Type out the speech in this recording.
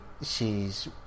shes